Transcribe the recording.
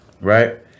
right